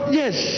yes